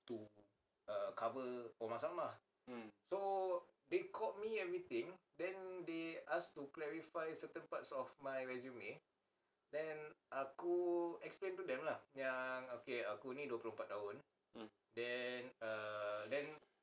mm